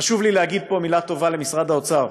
חשוב לי להגיד פה מילה טובה למשרד האוצר